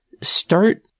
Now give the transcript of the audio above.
Start